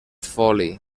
foli